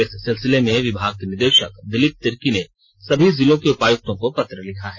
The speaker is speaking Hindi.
इस सिलसिले में विभाग के निदेशक दिलीप तिर्की ने सभी जिलों के उपायुक्तों को पत्र लिखा है